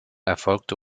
erfolgte